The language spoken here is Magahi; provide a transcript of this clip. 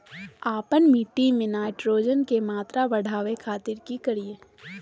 आपन मिट्टी में नाइट्रोजन के मात्रा बढ़ावे खातिर की करिय?